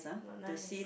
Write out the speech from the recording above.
not nice